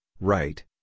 right